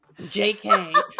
jk